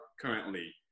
currently